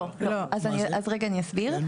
לא, לא, אז רגע אני אסביר.